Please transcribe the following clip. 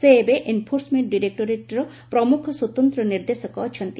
ସେ ଏବେ ଏନ୍ଫୋର୍ସମେଙ୍କ ଡାଇରେକ୍କୋରେଟ୍ର ପ୍ରମୁଖ ସ୍ୱତନ୍ତ ନିର୍ଦ୍ଦେଶକ ଅଛନ୍ତି